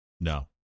No